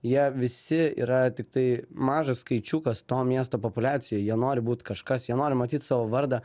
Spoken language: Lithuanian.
jie visi yra tiktai mažas skaičiukas to miesto populiacijoj jie nori būt kažkas jie nori matyt savo vardą